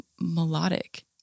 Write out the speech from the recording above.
melodic